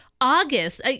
August